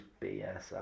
BS